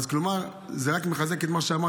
כלומר זה רק מחזק את מה שאמרתי,